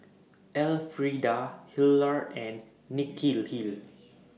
Elfrieda Hillard and Nikhil